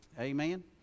Amen